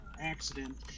accident